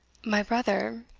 my brother,